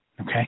Okay